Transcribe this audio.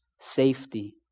safety